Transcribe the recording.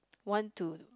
want to